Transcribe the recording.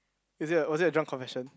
is it a was it a drunk confession